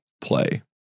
Play